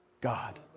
God